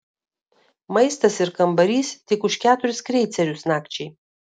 maistas ir kambarys tik už keturis kreicerius nakčiai